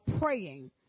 praying